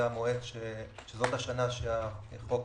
שזו השנה שהחוק